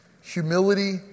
Humility